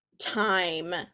time